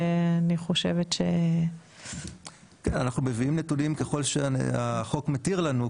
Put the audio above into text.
אנחנו מביאים נתונים ככל שהחוק מתיר לנו,